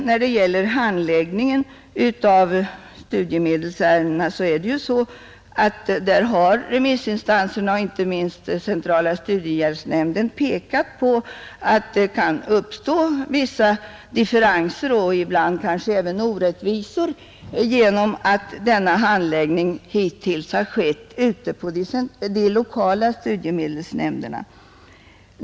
När det gäller handläggningen av studiemedelsärendena har remissinstanserna, inte minst centrala studiehjälpsnämnden, pekat på att det kan uppstå vissa differenser och ibland kanske orättvisor genom att denna handläggning hittills har skett ute på de lokala studiemedelsnämnderna.